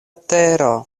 tero